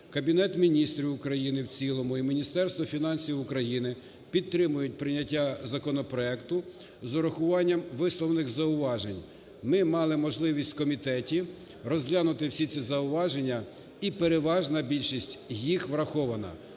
Кабінет Міністрів України в цілому і Міністерство фінансів України підтримують прийняття законопроекту з врахуванням висловлених зауважень. Ми мали можливість в комітеті розглянути всі ці зауваження і переважна більшість їх врахована.